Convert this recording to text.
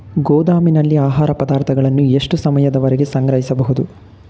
ಗೋದಾಮಿನಲ್ಲಿ ಆಹಾರ ಪದಾರ್ಥಗಳನ್ನು ಎಷ್ಟು ಸಮಯದವರೆಗೆ ಸಂಗ್ರಹಿಸಬಹುದು?